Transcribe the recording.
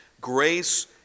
Grace